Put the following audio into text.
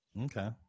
Okay